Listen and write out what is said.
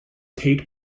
tate